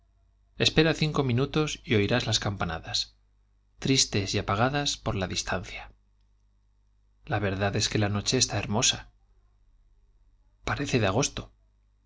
espera cinco minutos y oirás las campanadas tristes y apagadas por la distancia la verdad es que la noche está hermosa parece de agosto